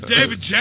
David